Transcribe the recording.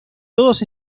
todos